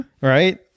right